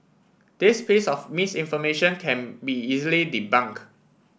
this piece of misinformation can be easily debunk